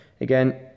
again